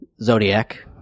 Zodiac